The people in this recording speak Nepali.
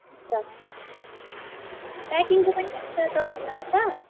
हुन्छ प्याकिङको पनि एक्स्ट्रा चार्ज लाग्छ